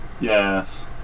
Yes